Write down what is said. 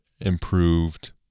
improved